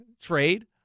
trade